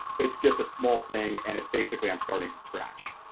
it's just a small thing and it's basically i'm starting from scratch?